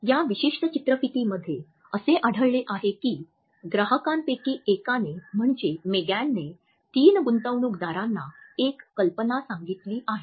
या विशिष्ट चित्रफितीमध्ये असे आढळले आहे की ग्राहकांपैकी एकाने म्हणजे मेगानने तीन गुंतवणूकदारांना एक कल्पना सांगितली आहे